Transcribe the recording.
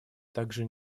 также